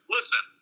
Listen